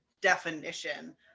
definition